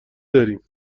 داریم